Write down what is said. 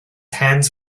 hands